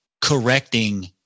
correcting